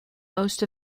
most